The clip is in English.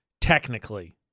technically